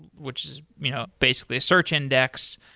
which is you know basically a search index,